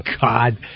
God